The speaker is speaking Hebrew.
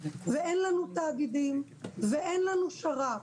ואין לנו תאגידים ואין לנו שר"פ,